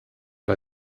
bei